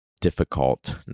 difficult